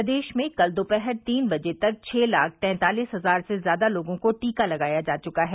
प्रदेश में कल दोपहर तीन बजे तक छः लाख तैंतालीस हजार से ज्यादा लोगों को टीका लगाया जा चुका है